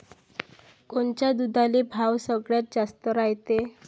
कोनच्या दुधाले भाव सगळ्यात जास्त रायते?